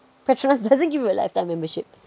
petronas doesn't give you a lifetime membership